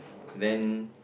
then